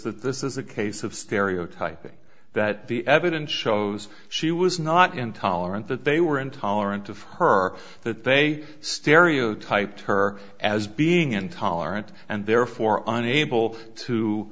that this is a case of stereotyping that the evidence shows she was not intolerant that they were intolerant of her that they stereotyped her as being intolerant and therefore unable to